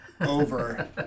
over